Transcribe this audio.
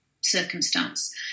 circumstance